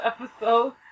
episode